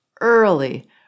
early